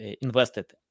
invested